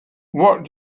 what